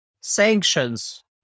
sanctions